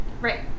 Right